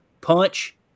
punch